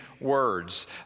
words